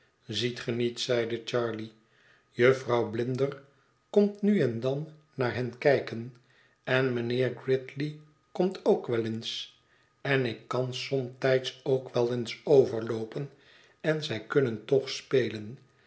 ziet ge niet zeide charley jufvrouw blinder komt nu en dan naar hen kijken en mijnheer gridley komt ook wel eens en ik kan somtijds ook wel eens overloopen en zij kunnen toch spelen